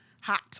Hot